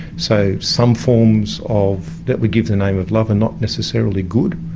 so some forms of, that we give the name of love are not necessarily good.